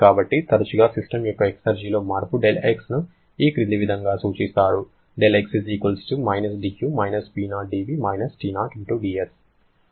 కాబట్టి తరచుగా సిస్టమ్ యొక్క ఎక్సర్జిలో మార్పు δX ను ఈ క్రింది విధంగా సూచిస్తారు δX - dU - P0dV - T0dS